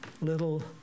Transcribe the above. little